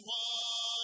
one